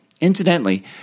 Incidentally